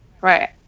right